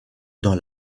dans